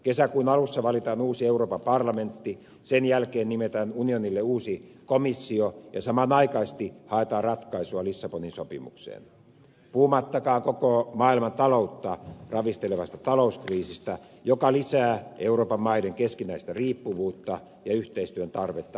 kesäkuun alussa valitaan uusi euroopan parlamentti sen jälkeen nimetään unionille uusi komissio ja samanaikaisesti haetaan ratkaisua lissabonin sopimukseen puhumattakaan koko maailmantaloutta ravistelevasta talouskriisistä joka lisää euroopan maiden keskinäistä riippuvuutta ja yhteistyön tarvetta entisestään